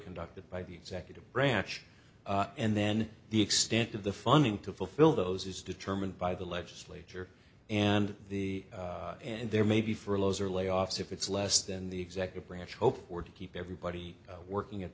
conducted by the executive branch and then the extent of the funding to fulfill those is determined by the legislature and the and there may be furloughs or layoffs if it's less than the executive branch hope or to keep everybody working at